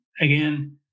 again